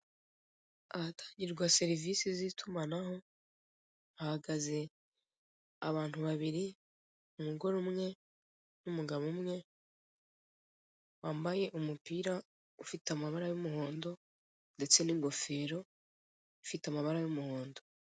Ahatangirwa serivise z'itumanaho, hahagaze abantu babiri: umugore umwe n'umugabo umwe, wambaye umupira ufite amabara y'umuhondo ndetse n'ingofero ifite amabara y'umuhondo.